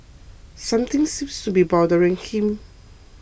something seems to be bothering him